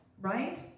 right